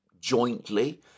jointly